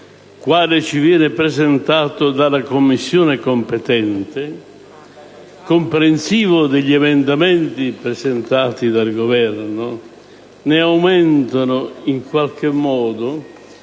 quale ci viene presentato dalla Commissione competente comprensivo degli emendamenti presentati dal Governo, ne aumenta in qualche modo,